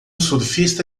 surfista